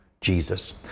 Jesus